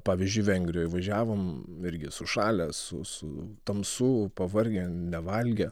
pavyzdžiui vengrijoj važiavom irgi sušalę su su tamsu pavargę nevalgę